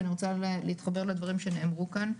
ואני רוצה להתחבר לדברים שנאמרו כאן,